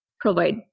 provide